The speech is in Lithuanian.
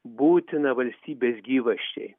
būtiną valstybės gyvasčiai